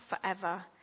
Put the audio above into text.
forever